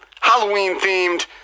Halloween-themed